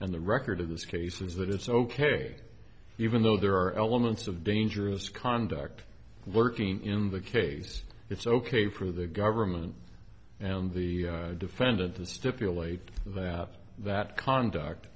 and the record of this case is that it's ok even though there are elements of dangerous conduct working in the case it's ok for the government and the defendant to stipulate that conduct